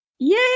Yay